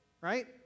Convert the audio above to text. Right